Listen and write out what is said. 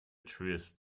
truest